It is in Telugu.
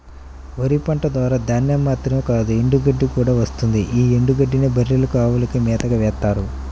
వరి పంట ద్వారా ధాన్యం మాత్రమే కాదు ఎండుగడ్డి కూడా వస్తుంది యీ ఎండుగడ్డినే బర్రెలకు, అవులకు మేతగా వేత్తారు